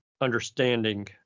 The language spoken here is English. understanding